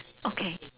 okay